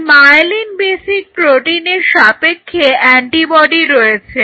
এই myelin basic প্রোটিনের সাপেক্ষে অ্যান্টিবডি রয়েছে